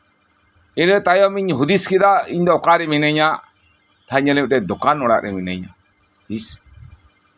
ᱤᱱᱟᱹ ᱛᱟᱭᱚᱢ ᱤᱧ ᱦᱩᱫᱤᱥ ᱠᱮᱫᱟ ᱤᱧ ᱫᱚ ᱚᱠᱟᱨᱮ ᱢᱤᱱᱟᱧᱟ ᱠᱟᱛᱷᱟᱧ ᱧᱮᱞᱮᱫ ᱤᱫᱴᱮᱱ ᱫᱳᱠᱟᱱ ᱚᱲᱟᱜ ᱨᱮ ᱢᱤᱱᱟᱧᱟ ᱤᱥ